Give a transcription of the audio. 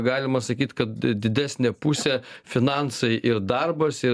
galima sakyt kad didesnė pusė finansai ir darbas ir